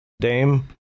Dame